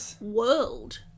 world